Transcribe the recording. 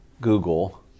Google